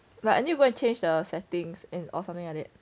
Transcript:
like I need to go and change the settings and or something like that